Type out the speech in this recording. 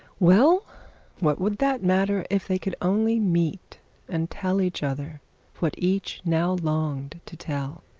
well what could that matter if they could only meet and tell each other what each now longed to tell?